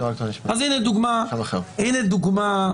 הינה דוגמה,